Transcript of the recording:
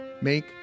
make